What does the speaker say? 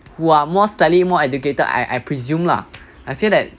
who are more study more educated I I presume lah I feel that